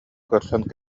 көрсөн